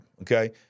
Okay